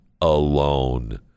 alone